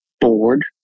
board